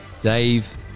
Dave